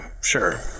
Sure